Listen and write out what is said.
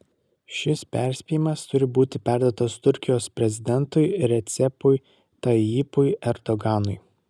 šis perspėjimas turi būti perduotas turkijos prezidentui recepui tayyipui erdoganui